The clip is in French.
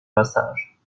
passage